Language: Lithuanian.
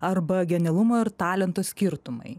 arba genialumo ir talento skirtumai